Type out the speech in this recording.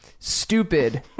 Stupid